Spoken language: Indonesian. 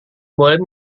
boleh